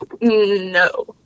No